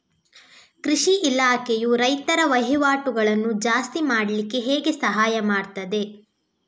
ಕೃಷಿ ಇಲಾಖೆಯು ರೈತರ ವಹಿವಾಟುಗಳನ್ನು ಜಾಸ್ತಿ ಮಾಡ್ಲಿಕ್ಕೆ ಹೇಗೆ ಸಹಾಯ ಮಾಡ್ತದೆ?